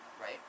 right